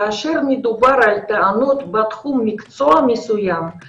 כאשר מדובר על טענות בתחום מקצוע מסוים אז